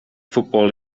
football